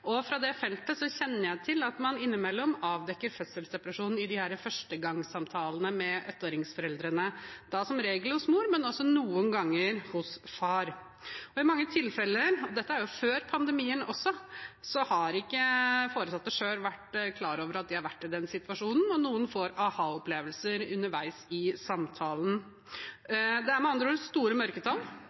Fra det feltet kjenner jeg til at man innimellom avdekker fødselsdepresjon i førstegangssamtalene med ettåringsforeldrene, da som regel hos mor, men også noen ganger hos far. I mange tilfeller – dette gjelder jo også før pandemien – har ikke foresatte selv vært klar over at de har vært i den situasjonen, og noen får aha-opplevelser underveis i samtalen. Det er med andre ord store mørketall,